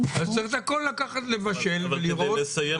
צריך לבשל את הכול ולראות,